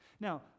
Now